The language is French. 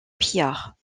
pillards